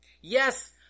Yes